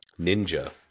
ninja